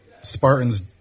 Spartans